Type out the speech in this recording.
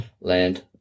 land